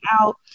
out